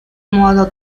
modo